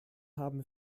haben